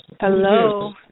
Hello